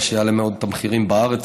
מה שיעלה מאוד את המחירים בארץ,